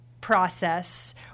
process